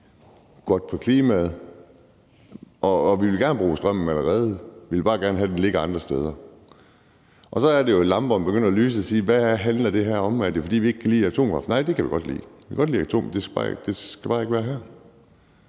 godt for klimaet, og vi vil gerne bruge strømmen allerede, men vi vil bare gerne have, at den ligger andre steder. Så er det jo, lamperne begynder at lyse, for hvad handler det her om? Er det, fordi vi ikke kan lide atomkraft? Nej, det kan vi godt lide; vi kan godt lide atomkraft, men det skal bare ikke være her.